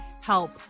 help